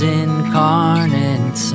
incarnate